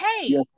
hey